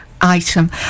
item